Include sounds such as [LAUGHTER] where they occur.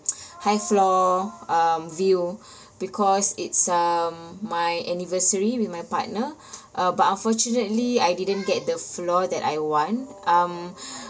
[NOISE] high floor um view [BREATH] because it's um my anniversary with my partner [BREATH] uh but unfortunately I didn't get the floor that I want um [BREATH]